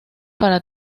para